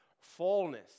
fullness